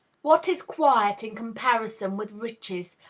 what is quiet in comparison with riches?